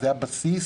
זה הבסיס